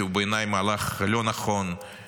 כי הוא בעיניי מהלך לא נכון,